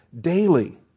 Daily